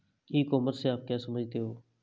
ई commerce से आप क्या समझते हो?